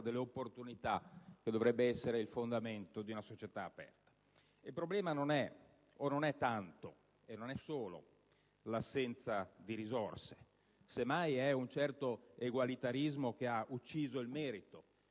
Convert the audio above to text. delle opportunità, che dovrebbe essere il fondamento di una società aperta. Il problema non è tanto, e non solo, l'assenza di risorse, ma un certo egualitarismo che ha ucciso il merito: